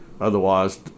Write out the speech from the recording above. otherwise